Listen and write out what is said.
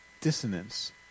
dissonance